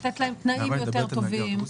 לתת להם תנאים יותר טובים,